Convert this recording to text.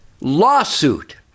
lawsuit